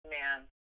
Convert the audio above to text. Man